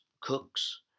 cooks